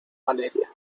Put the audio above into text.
valeria